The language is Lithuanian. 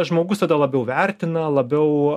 žmogus tada labiau vertina labiau